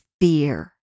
fear